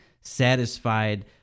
satisfied